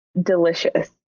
delicious